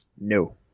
No